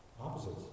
Opposites